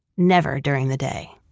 never during the day.